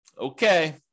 Okay